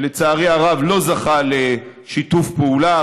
שלצערי הרב לא זכה לשיתוף פעולה,